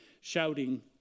shouting